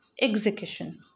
execution